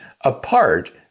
apart